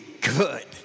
good